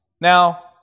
Now